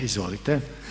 Izvolite.